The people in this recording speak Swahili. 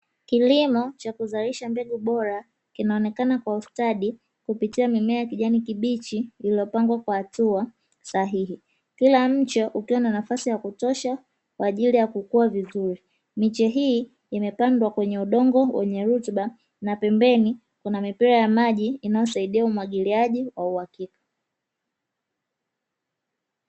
Kilimo cha kuzalisha mbegu bora kinaonekana kwa ustadi, kupitia mimea ya kijani kibichi, ilityopangwa kwa hatua sahihi, kila mche ukiwa na nafasi ya kutosha kwaajili ya kukua vizuri, miche hii imepandwa kwenye udongo wenye rutuba na pembeni kuna mipira ya maji inayosaidia umwagiliaji wa uhakika.